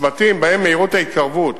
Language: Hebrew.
בצמתים שבהם מהירות ההתקרבות